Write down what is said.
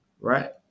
right